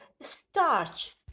starch